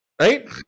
right